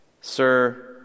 Sir